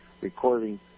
recording